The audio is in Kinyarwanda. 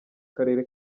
karere